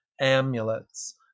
amulets